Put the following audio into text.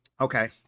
Okay